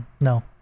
No